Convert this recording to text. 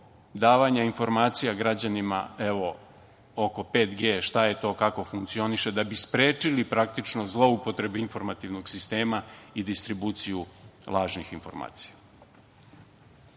davanja informacija građanima oko 5G, šta je to, kako funkcioniše da bi sprečili praktično zloupotrebe informativnog sistema i distribuciju lažnih informacija.